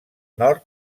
nord